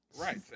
Right